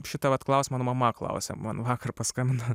šitą vat klausimą mano mama klausia man vakar paskambino